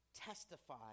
testify